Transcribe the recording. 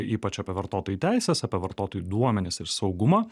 ypač apie vartotojų teises apie vartotojų duomenis ir saugumą